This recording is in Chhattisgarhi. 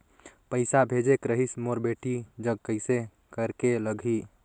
पइसा भेजेक रहिस मोर बेटी जग कइसे करेके लगही?